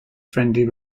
friendly